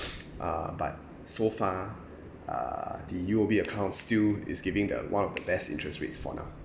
uh but so far uh the U_O_B account still is giving the one of the best interest rates for now